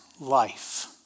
life